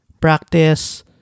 practice